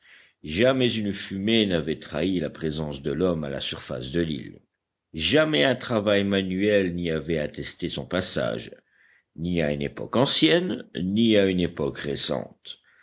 jamais une fumée n'avait trahi la présence de l'homme à la surface de l'île jamais un travail manuel n'y avait attesté son passage ni à une époque ancienne ni à une époque récente